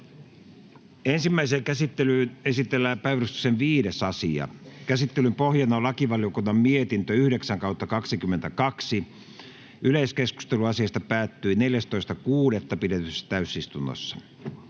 Ensimmäiseen käsittelyyn esitellään päiväjärjestyksen 5. asia. Käsittelyn pohjana on lakivaliokunnan mietintö LaVM 9/2022 vp. Yleiskeskustelu asiasta päättyi 14.6.2022 pidetyssä täysistunnossa.